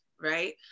right